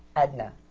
edna